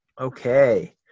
Okay